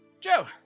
Joe